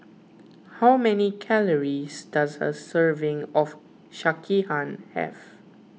how many calories does a serving of Sekihan have